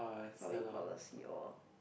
public policy orh